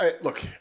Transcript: look